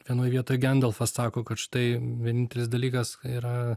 vienoj vietoj gendalfas sako kad štai vienintelis dalykas yra